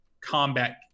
combat